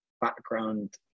background